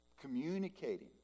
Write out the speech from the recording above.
communicating